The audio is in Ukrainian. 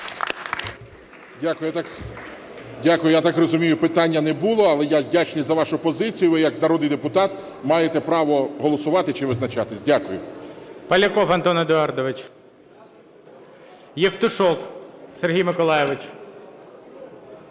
Дякую. Я так розумію питання не було, але я вдячний за вашу позицію. Ви як народний депутат маєте право голосувати чи визначатись. Дякую. ГОЛОВУЮЧИЙ. Поляков Антон Едуардович. Євтушок Сергій Миколайович.